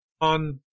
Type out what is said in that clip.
on